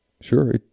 Sure